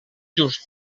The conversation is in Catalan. just